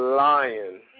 lying